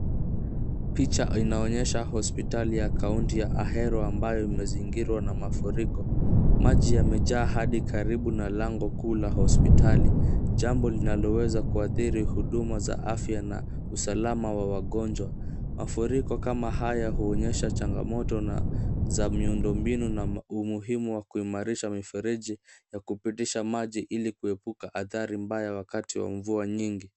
Picha inaonyesha hospitali ya Ahero ambayo imezingirwa na mafuriko. Maji yamejaa hadi karibu na lango kuu la hospitali jambao linaloweza kuathiri huduma za afya na usalama wa wagonjwa. Mafuriko kama haya huonyesha changamoto na za miundo mingi umuhimu wa kuweka mifereji ya maji na kupitisha maji ili kuepuka maji mengi ambayo wakati wa mvua nyingi.